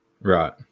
Right